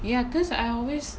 ya because I always